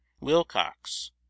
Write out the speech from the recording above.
Wilcox